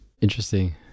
Interesting